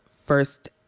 first